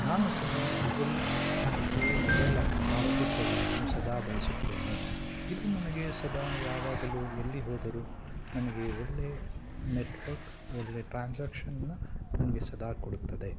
ನಾನು ಸದಾ Google Pay mobile ಪಾವತಿ ಸೇವೆಯನ್ನು ಸದಾ ಬಳಸುತ್ತೇನೆ ಇದು ನನಗೆ ಸದಾ ಯಾವಾಗಲೂ ಎಲ್ಲಿ ಹೋದರೂ ನನಗೆ ಒಳ್ಳೆ ನೆಟ್ವರ್ಕ್ ಒಳ್ಳೆ ಟ್ರಾನ್ಸ್ಯಾಕ್ಷನ್ನ ನನಗೆ ಸದಾ ಕೊಡುತ್ತದೆ